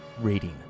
rating